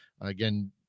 again